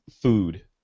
food